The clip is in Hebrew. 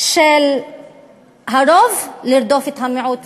של הרוב לרדוף את המיעוט,